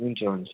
हुन्छ हुन्छ